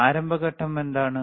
ആരംഭ ഘട്ടം എന്താണ്